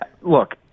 look